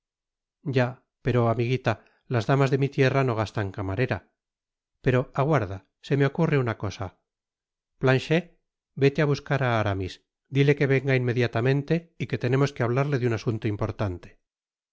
ya pero amiguita las damas de mi tierra no gastan camarera pero aguarda que me ocurre una cosa planchet i vete á buscar á aramis dile que venga inmediatamente y que tenemos que hablarlede un asunto importante